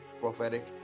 prophetic